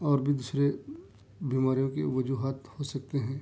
اور بھی دوسرے بیماریوں کے وجوہات ہو سکتے ہیں